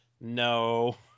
No